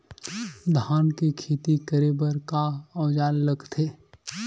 धान के खेती करे बर का औजार लगथे?